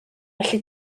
felly